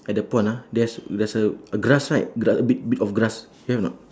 at that pond ah there's there's a a grass right gra~ bit bit of grass have or not